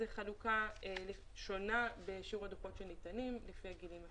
חלוקה שונה בשיעור הדוחות שניתנים לפי הגילים השונים.